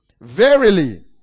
Verily